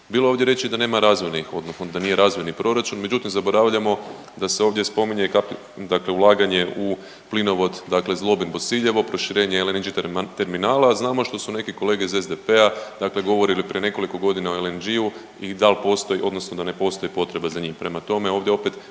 ne razumije/…da nije razvojni proračun, međutim zaboravljamo da se ovdje spominje kapi…, dakle ulaganje u plinovod, dakle Zlobin-Bosiljevo, proširenje LNG terminala, a znamo što su neki kolege iz SDP-a dakle govorili prije nekoliko godina o LNG-u i dal postoji odnosno da ne postoji potreba za njim. Prema tome,